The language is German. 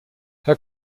herr